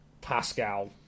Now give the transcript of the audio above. Pascal